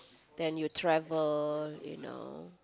then you travel you know